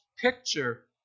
picture